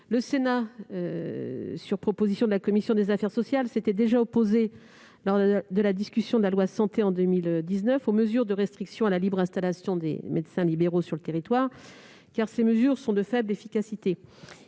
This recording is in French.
Le Sénat, sur proposition de la commission des affaires sociales, s'était déjà opposé, lors de la discussion de la loi Santé en 2019, aux mesures de restriction à la libre installation des médecins libéraux sur le territoire, car ces mesures sont de faible efficacité.